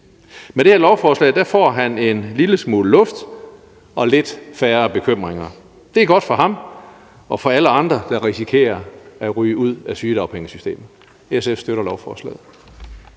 Med det her lovforslag får han en lille smule luft og lidt færre bekymringer. Det er godt for ham og for alle andre, der risikerer at ryge ud af sygedagpengesystemet. SF støtter lovforslaget.